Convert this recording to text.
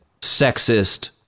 sexist